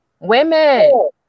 Women